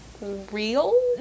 real